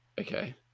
Okay